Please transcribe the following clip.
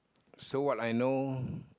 so what I know